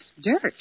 Dirt